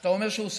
שאתה אומר שהוסף,